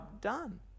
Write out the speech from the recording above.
done